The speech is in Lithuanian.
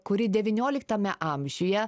kuri devynioliktame amžiuje